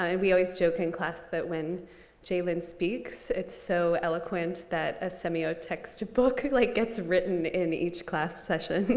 ah and we always joke in class that when jaylen speaks, it's so eloquent that a semiotext e book like gets written in each class session.